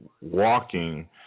walking